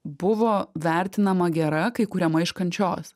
buvo vertinama gera kai kuriama iš kančios